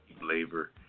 labor